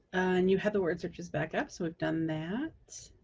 and you had the word searches back up, so we've done that.